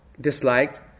disliked